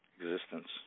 Existence